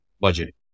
budget